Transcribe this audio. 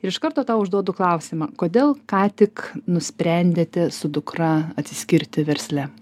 ir iš karto tau užduodu klausimą kodėl ką tik nusprendėte su dukra atsiskirti versle